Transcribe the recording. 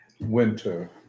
winter